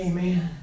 Amen